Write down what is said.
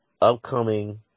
upcoming